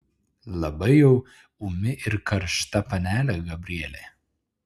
labai jau ūmi ir karšta panelė gabrielė